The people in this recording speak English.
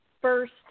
first